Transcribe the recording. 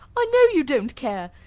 i know you don't care.